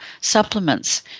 supplements